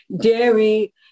dairy